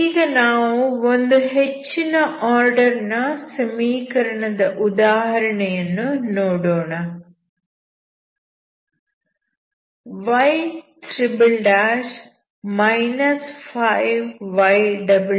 ಈಗ ನಾವು ಒಂದು ಹೆಚ್ಚಿನ ಆರ್ಡರ್ ನ ಸಮೀಕರಣದ ಉದಾಹರಣೆಯನ್ನು ನೋಡೋಣ y 5y6y0 x∈R